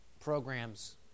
programs